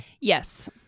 yes